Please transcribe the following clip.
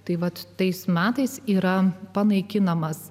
tai vat tais metais yra panaikinamas